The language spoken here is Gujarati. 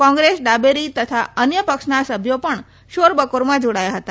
કોંગ્રેસ ડાબેરી તથા અન્ય પક્ષના સભ્યો પણ શોરબકોરમાં જોડાયા હતા